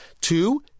Two